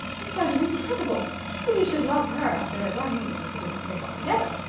it sounded incredible that he should love her after their one meeting was a different thing altogether.